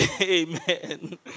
Amen